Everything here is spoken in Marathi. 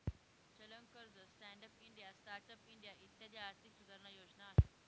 चलन कर्ज, stand up India, start up India इत्यादी आर्थिक सुधारणा योजना आहे